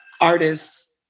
artists